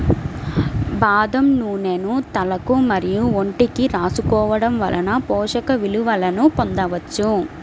బాదం నూనెను తలకు మరియు ఒంటికి రాసుకోవడం వలన పోషక విలువలను పొందవచ్చు